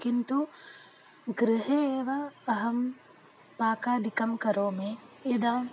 किन्तु गृहे एव अहं पाकादिकं करोमि यदा